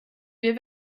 wir